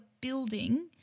building